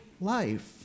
life